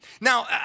Now